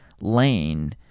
lane